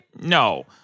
No